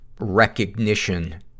recognition